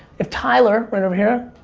if tyler right over here,